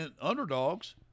underdogs